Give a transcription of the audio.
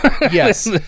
yes